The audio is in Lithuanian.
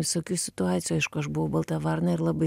visokių situacijų aišku aš buvau balta varna ir labai